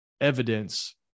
evidence